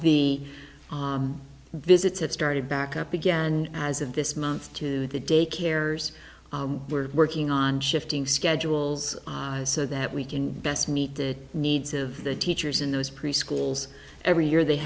e visits had started back up again as of this month to the day cares we're working on shifting schedules so that we can best meet the needs of the teachers in those preschools every year they